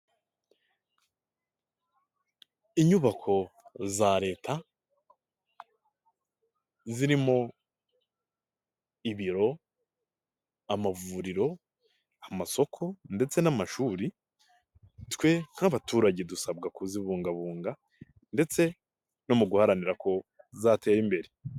Inyubako za leta, zirimo ibiro, amavuriro, amasoko ndetse n'amashuri, twe nk'abaturage dusabwa kuzibungabunga ndetse no mu guharanira ko zatera imbere.